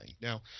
Now